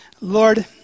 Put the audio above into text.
Lord